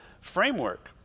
framework